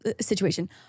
situation